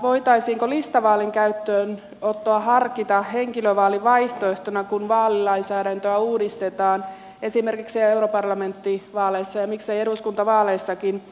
voitaisiinko listavaalin käyttöönottoa harkita henkilövaalin vaihtoehtona kun vaalilainsäädäntöä uudistetaan esimerkiksi europarlamenttivaaleissa ja miksei eduskuntavaaleissakin